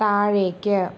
താഴേക്ക്